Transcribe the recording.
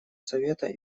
совета